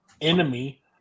enemy